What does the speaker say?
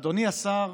אדוני השר,